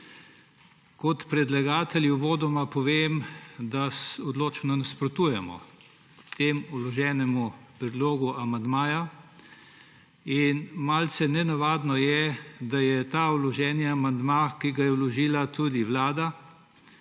Kot predlagatelji uvodoma povem, da odločno nasprotujemo vloženemu predlogu amandmaja. Malce nenavadno je, da je vloženi amandma, ki ga je vložila tudi Vlada,